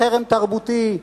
חרם תרבותי,